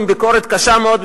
עם ביקורת קשה מאוד,